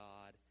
God